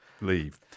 leave